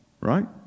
Right